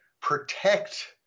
protect